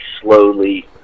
slowly